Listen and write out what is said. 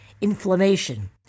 inflammation